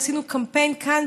עשינו קמפיין כאן,